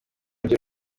byo